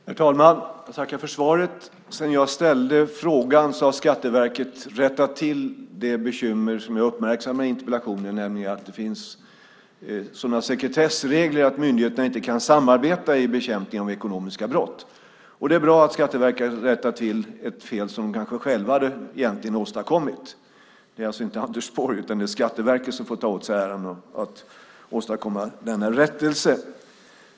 Herr talman! Jag tackar för svaret. Sedan jag ställde frågan har Skatteverket rättat till det bekymmer som jag uppmärksammade i interpellationen, nämligen att det finns sådana sekretessregler att myndigheterna inte kan samarbeta i bekämpningen av ekonomiska brott. Det är bra att Skatteverket har rättat till ett fel som de egentligen själva har åstadkommit. Det är alltså inte Anders Borg utan det är Skatteverket som får ta åt sig äran av att ha åstadkommit denna rättelse.